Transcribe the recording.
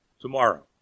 tomorrow